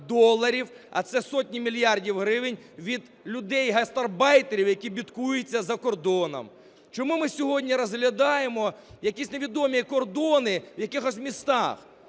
а це сотні мільярдів гривень від людей-гастарбайтерів, які бідкуються за кордоном. Чому ми сьогодні розглядаємо якісь невідомі кордони в якихось містах?